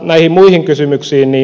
näihin muihin kysymyksiin